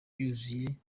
yuzuye